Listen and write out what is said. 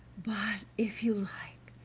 but, if you like,